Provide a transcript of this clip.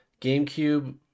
GameCube